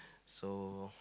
so